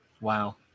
Wow